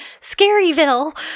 Scaryville